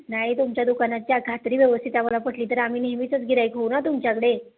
नाही तुमच्या दुकानाच्या खात्री व्यवस्थित आम्हाला पटली तर आम्ही नेहमीचंच गिराईक होऊ ना तुमच्याकडे